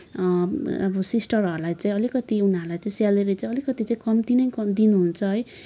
अब सिस्टरहरूलाई चाहिँ अलिकति उनीहरूलाई चाहिँ सेलेरी चाहिँ अलिकति चाहिंँ कम्ती नै दिनुहुन्छ है